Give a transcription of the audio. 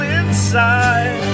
inside